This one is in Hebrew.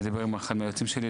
אני אדבר עם היועצים שלי,